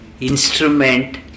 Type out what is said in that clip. instrument